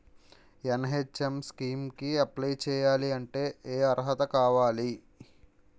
NHM scheme కి apply చేయాలి అంటే ఏ అర్హత కావాలి?